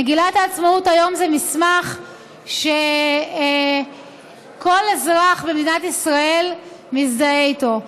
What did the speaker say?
מגילת העצמאות היום זה מסמך שכל אזרח במדינת ישראל מזדהה איתו.